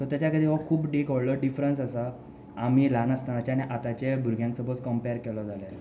so ताज्या खातीर हो खूब व्हडलो एक डिफरंस आसा आमी ल्हान आसतनाचे आनी आतांच्या भुरग्यांक सपोज कमपेयर केलो जाल्यार